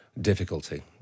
difficulty